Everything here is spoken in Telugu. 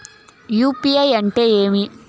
యు.పి.ఐ అంటే ఏమి?